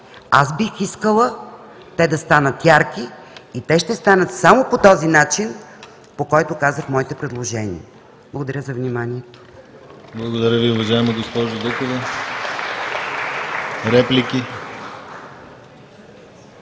Аз бих искала да станат ярки и те ще станат само по този начин, по който казах в моите предложения. Благодаря за вниманието.